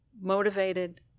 motivated